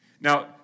Now